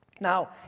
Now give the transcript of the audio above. Now